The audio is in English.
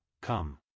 come